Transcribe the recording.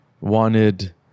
wanted